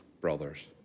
brothers